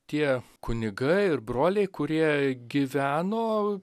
tie kunigai ir broliai kurie gyveno